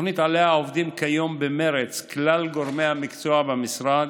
התוכנית שעליה עובדים כיום במרץ כלל גורמי המקצוע במשרד